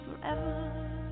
forever